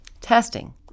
testing